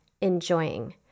enjoying